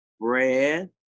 bread